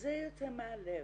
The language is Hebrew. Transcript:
וזה יוצא מהלב,